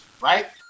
right